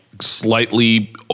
slightly